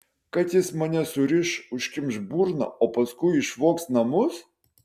kad jis mane suriš užkimš burną o paskui išvogs namus